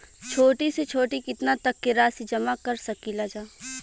छोटी से छोटी कितना तक के राशि जमा कर सकीलाजा?